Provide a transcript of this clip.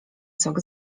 sok